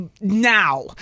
now